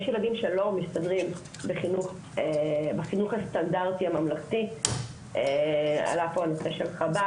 יש ילדים שלא מסתדרים בחינוך הסטנדרטי הממלכתי - עלה פה הנושא של חב"ד,